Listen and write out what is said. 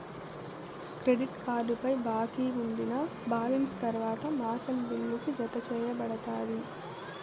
credit కార్డుపై బాకీ ఉండినా బాలెన్స్ తర్వాత మాసం బిల్లుకి, జతచేయబడతాది